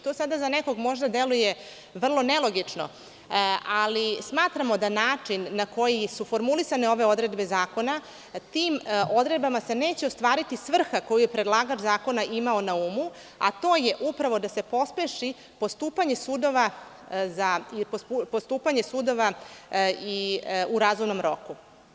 To za nekog možda deluje vrlo nelogično, ali smatramo da način na koji su formulisane ove odredbe zakona, tim odredbama se neće ostvariti svrha koju je predlagač zakona imao na umu, a to je upravo da se pospeši postupanje sudova u razumnom roku.